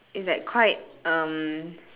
it's like quite um